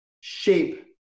shape